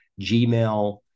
Gmail